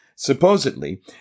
Supposedly